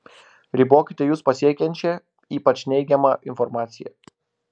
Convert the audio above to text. ribokite jus pasiekiančią ypač neigiamą informaciją